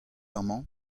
amañ